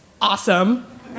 awesome